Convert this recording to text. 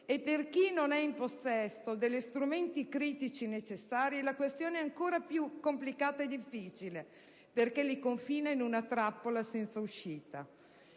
coloro che non sono in possesso degli strumenti critici necessari, la questione è ancora più complicata e difficile, perché li confina in una trappola senza uscita.